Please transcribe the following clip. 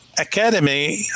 academy